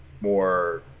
more